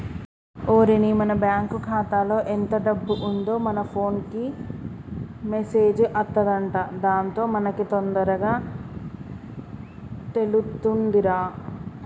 ఓరిని మన బ్యాంకు ఖాతాలో ఎంత డబ్బు ఉందో మన ఫోన్ కు మెసేజ్ అత్తదంట దాంతో మనకి తొందరగా తెలుతుందిరా